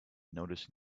noticing